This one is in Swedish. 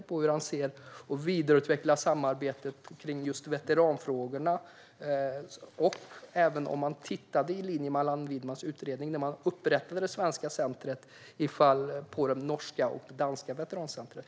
Hur ser försvarsministern på att vidareutveckla samarbetet kring veteranfrågorna? Tittade man, i linje med Allan Widmans utredning, på de norska och danska veterancentren när man upprättade det svenska centret?